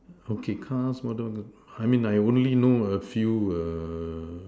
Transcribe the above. okay cars what on the I mean I only know a few err